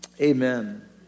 Amen